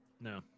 No